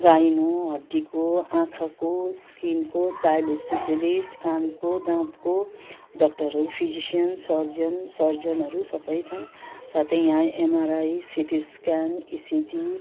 gyno हड्डीको आँखाको स्किनको चाइल्ड स्पेसिलिस्ट कानको दाँतको डक्टरहरू फिजिस्यन् सर्जन सर्जनहरू सबै छन् साथै यहाँ एमआरआई सिटी स्क्यान इसिजी